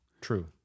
True